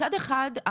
מצד אחד,